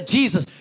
Jesus